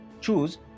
choose